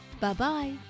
Bye-bye